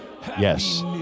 yes